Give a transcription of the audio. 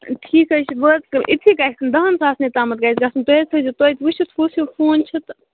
ٹھیک حظ چھِ بہٕ حظ کر اِتسٕے گژِھ دہَن ساسَنٕے تامتھ گژِھ گژھن تُہۍ حظ تھیِزیٚو توتہِ وُچھتھ کُس ہیٚو فون چھِ تہٕ